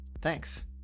Thanks